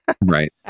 right